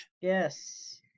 Yes